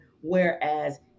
whereas